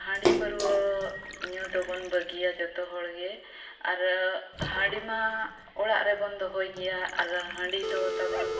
ᱦᱟᱺᱰᱤ ᱯᱟᱹᱣᱨᱟᱹ ᱧᱩ ᱫᱚᱵᱚᱱ ᱵᱟᱹᱜᱤᱭᱟ ᱡᱷᱚᱛᱚ ᱦᱚᱲᱜᱮ ᱟᱨ ᱦᱟᱺᱰᱤ ᱢᱟ ᱚᱲᱟᱜ ᱨᱮᱵᱚᱱ ᱫᱚᱦᱚᱭ ᱜᱮᱭᱟ ᱟᱨ ᱦᱟᱺᱰᱤ ᱫᱚ ᱛᱟᱵᱚᱱ